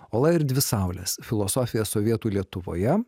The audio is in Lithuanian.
ola ir dvi saulės filosofija sovietų lietuvoje